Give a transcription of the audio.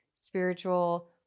spiritual